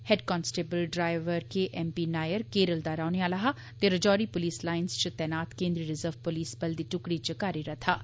head constable driver K M P Nair Kerala दा रौह्ने आला हा ते राजौरी पुलस लाइनस च तैनात केनद्री रिज़र्व पुलस बल दी टुकड़ी च कार्यरत हा